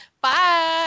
Bye